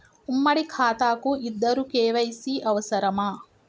ఉమ్మడి ఖాతా కు ఇద్దరు కే.వై.సీ అవసరమా?